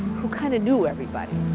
who kind of knew everybody.